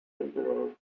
emperor